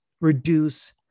reduce